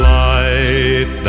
light